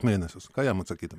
mėnesius ką jam atsakyti